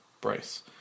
Bryce